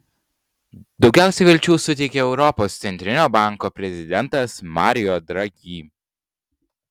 daugiausiai vilčių suteikė europos centrinio banko prezidentas mario draghi